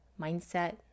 mindset